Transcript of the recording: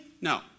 no